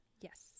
Yes